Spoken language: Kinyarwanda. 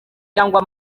cyangwa